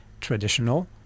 traditional